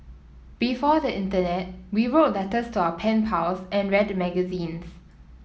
before the internet we wrote letters to our pen pals and read magazines